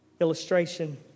illustration